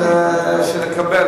אז כשנקבל,